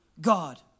God